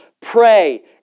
pray